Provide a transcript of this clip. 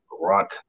rock